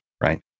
right